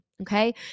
Okay